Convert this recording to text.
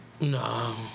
No